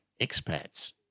expats